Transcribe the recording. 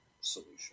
solution